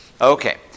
Okay